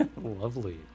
Lovely